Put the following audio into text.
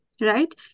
right